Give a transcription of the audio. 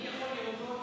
אני יכול לראות,